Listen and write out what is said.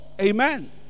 Amen